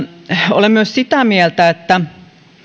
olen myös sitä mieltä että